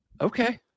Okay